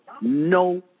no